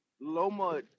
Loma